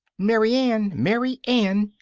mary ann! mary ann!